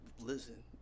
listen